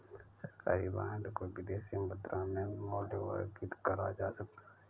सरकारी बॉन्ड को विदेशी मुद्रा में मूल्यवर्गित करा जा सकता है